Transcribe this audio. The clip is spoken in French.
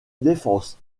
défense